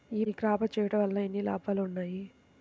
ఈ క్రాప చేయుట వల్ల ఎన్ని లాభాలు ఉన్నాయి?